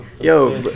Yo